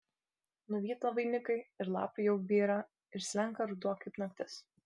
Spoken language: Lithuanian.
nuvyto vainikai ir lapai jau byra ir slenka ruduo kaip naktis